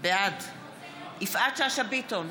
בעד יפעת שאשא ביטון,